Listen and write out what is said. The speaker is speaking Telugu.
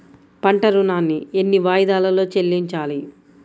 పంట ఋణాన్ని ఎన్ని వాయిదాలలో చెల్లించాలి?